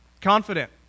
confident